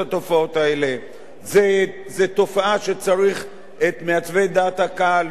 זו תופעה שצריך את מעצבי דעת הקהל ואת האחראים באמצעי